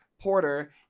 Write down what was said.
Porter